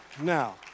Now